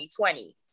2020